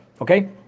Okay